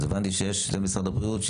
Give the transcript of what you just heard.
אז הבנתי שהגיעו להסכמות עם משרד הבריאות.